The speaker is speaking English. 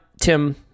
Tim